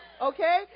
Okay